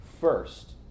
first